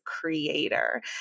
creator